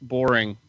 Boring